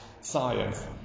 science